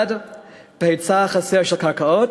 1. ההיצע החסר של קרקעות,